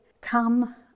come